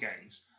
games